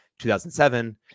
2007